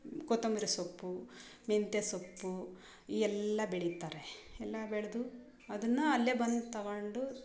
ಕೊತ್ತಂಬರಿ ಸೊಪ್ಪು ಮೆಂತೆ ಸೊಪ್ಪು ಈ ಎಲ್ಲ ಬೆಳೀತಾರೆ ಎಲ್ಲ ಬೆಳೆದು ಅದನ್ನು ಅಲ್ಲೇ ಬಂದು ತಗೊಂಡು